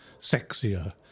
sexier